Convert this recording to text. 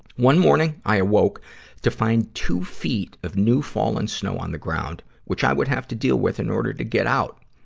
one morning, i awoke to find two feet of new fallen snow on the ground, which i would have to deal with in order to get out.